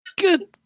good